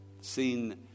seen